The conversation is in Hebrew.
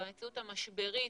במציאות המשברית